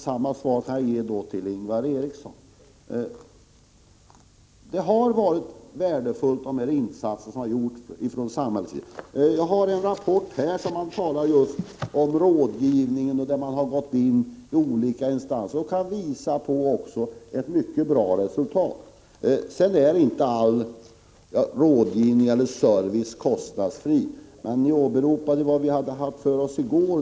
Samma svar kan jag ge till Ingvar Eriksson. Samhällets insatser har varit värdefulla. Jag har här en rapport där det talas om just rådgivning och om hur olika instanser har gått in och hjälpt till. Man kan visa på mycket bra resultat. Men all rådgivning och service är inte kostnadsfri. Det åberopades här vad vi hade för oss i går.